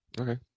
Okay